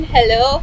Hello